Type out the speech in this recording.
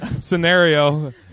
scenario